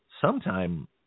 sometime